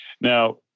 now